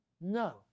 No